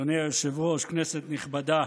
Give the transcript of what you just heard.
אדוני היושב-ראש, כנסת נכבדה,